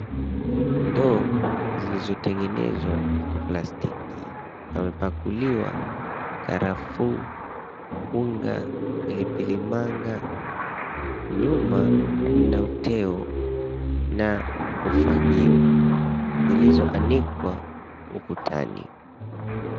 Ndoo zilizotengenezwa kwa plastiki pamepakuliwa karafuu, unga, pilipili manga. Nyuma mna uteo na ufagio zilizoanikwa ukutani.